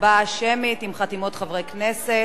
הצבעה שמית, עם חתימות חברי הכנסת.